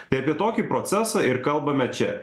tai apie tokį procesą ir kalbame čia